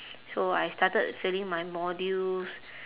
so I started failing my modules